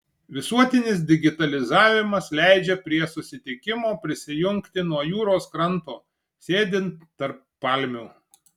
visuotinis digitalizavimas leidžia prie susitikimo prisijungti nuo jūros kranto sėdint tarp palmių